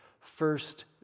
first